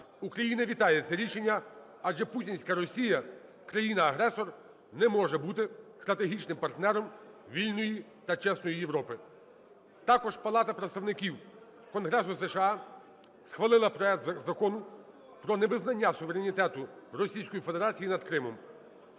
Україна вітає це рішення, адже путінська Росія – країна-агресор не може бути стратегічним партнером вільної та чесної Європи. Також Палата представників Конгресу США схвалила проект закону про невизнання суверенітету Російської Федерації над Кримом.